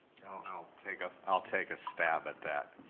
i'll take ah i'll take a stab at that.